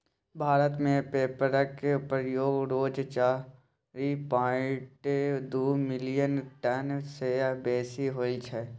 भारत मे पेपरक प्रयोग रोज चारि पांइट दु मिलियन टन सँ बेसी होइ छै